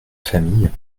famille